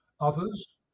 Others